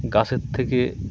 গাছের থেকে